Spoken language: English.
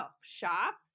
Shop